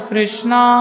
Krishna